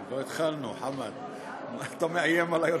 עוד לא התחלנו, חמד, מה אתה מאיים עלי?